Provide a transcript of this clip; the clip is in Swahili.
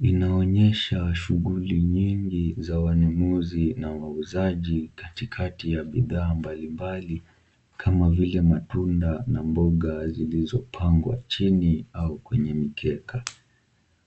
inaonyesha shughuli nyingi za wanunuzi na wauzaji katikati ya bidhaa mbali mbali kama vile matunda na mboga zilizopangwa chini au kwenye mkeka.